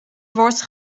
wordt